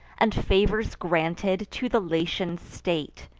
and favors granted to the latian state.